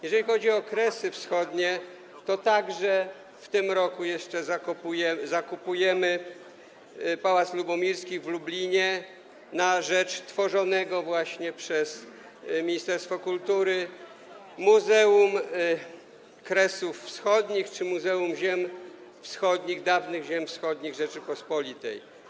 Jeżeli chodzi o Kresy Wschodnie, to także w tym roku jeszcze zakupimy pałac Lubomirskich w Lublinie na rzecz tworzonego właśnie przez ministerstwo kultury muzeum Kresów Wschodnich czy muzeum ziem wschodnich, dawnych ziem wschodnich Rzeczypospolitej.